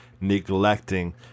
neglecting